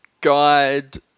guide